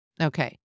Okay